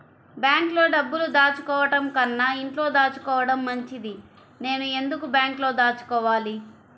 బ్యాంక్లో డబ్బులు దాచుకోవటంకన్నా ఇంట్లో దాచుకోవటం మంచిది నేను ఎందుకు బ్యాంక్లో దాచుకోవాలి?